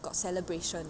got celebration